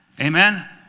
Amen